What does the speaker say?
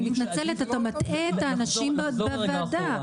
אני מתנצלת אתה מטעה את האנשים בוועדה.